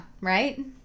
right